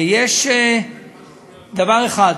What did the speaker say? יש דבר אחד: